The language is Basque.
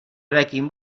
eraikin